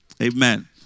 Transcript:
Amen